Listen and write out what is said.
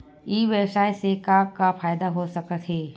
ई व्यवसाय से का का फ़ायदा हो सकत हे?